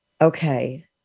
okay